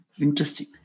Interesting